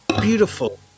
beautiful